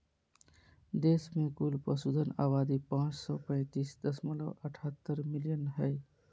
देश में कुल पशुधन आबादी पांच सौ पैतीस दशमलव अठहतर मिलियन हइ